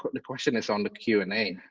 the question is on the q and a.